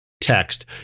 text